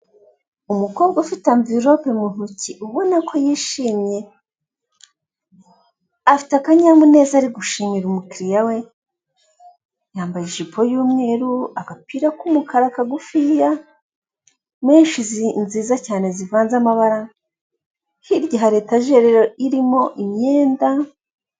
Umukobwa ufite amverope mu ntoki ubona ko yishimye. Afite akanyamuneza ari gushimira umukiriya we yambaye ijipo y'umweru agapira k'umukara kagufiya menshi nziza cyane zivanze amabara hirya hari etajeri irimo imyenda.